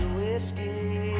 whiskey